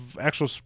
actual